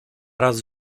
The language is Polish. raz